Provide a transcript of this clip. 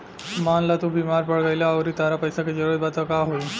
मान ल तू बीमार पड़ गइलू अउरी तहरा पइसा के जरूरत बा त का होइ